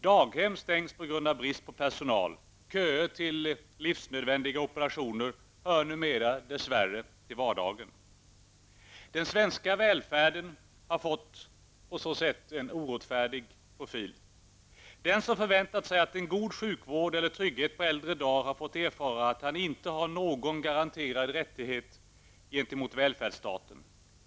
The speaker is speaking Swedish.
Daghem stängs på grund av brist på personal. Köer till livsnödvändiga operationer hör numera dess värre till vardagen. Den svenska välfärden har på så sätt fått en orättfärdig profil. Den som förväntat sig en god sjukvård eller trygghet på äldre dagar har fått erfara att han inte har någon garanterad rättighet gentemot välfärdsstaten.